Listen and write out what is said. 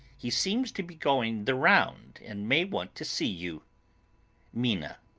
he seems to be going the round and may want to see you mina.